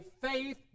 faith